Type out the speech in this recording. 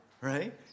right